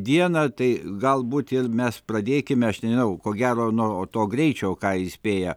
dieną tai galbūt ir mes pradėkime aš nežinau ko gero nuo to greičio ką įspėja